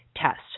test